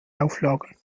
auflagen